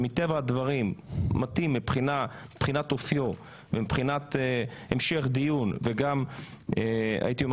שמטבע הדברים מתאים מבחינת אופיו ומבחינת המשך דיון וגם הייתי אומר